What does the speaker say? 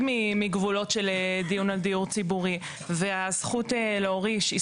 מגבולות של דיון על דיור ציבורי והזכות להוריש היא